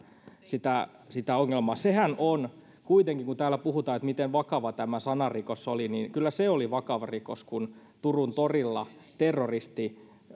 sitä sitä maahanmuuttajaongelmaa sehän oli kuitenkin kun täällä puhutaan siitä miten vakava tämä sanarikos oli kyllä vakava rikos kun turun torilla terroristi